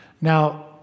Now